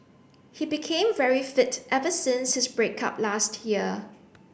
he became very fit ever since his break up last year